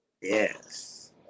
yes